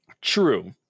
True